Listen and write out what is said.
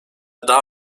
daha